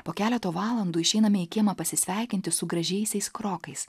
po keleto valandų išeiname į kiemą pasisveikinti su gražiaisiais krokais